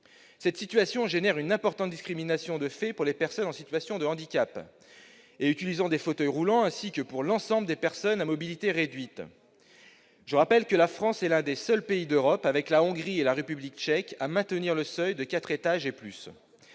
Cette situation est source d'une importante discrimination de fait pour les personnes en situation de handicap et utilisant des fauteuils roulants, ainsi que pour l'ensemble des personnes à mobilité réduite. Je rappelle que la France est l'un des seuls pays d'Europe, avec la Hongrie et la République Tchèque, à maintenir le seuil à quatre étages et plus.